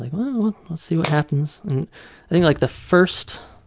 like, we'll see what happens. i think like the first